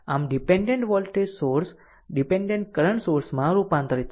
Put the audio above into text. આમ dependent voltage source dependent current સોર્સમાં રૂપાંતરિત થશે